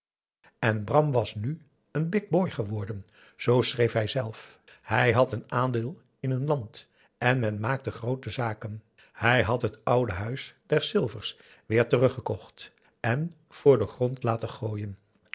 en bram was nu een big boy geworden zoo schreef hijzelf hij had een aandeel in een land en men maakte groote zaken hij had het oude huis der aum boe akar eel ilvers weer teruggekocht en voor den grond laten gooien